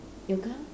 yoga